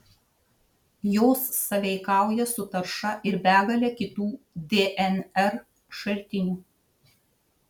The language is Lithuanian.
jos sąveikauja su tarša ir begale kitų dnr šaltinių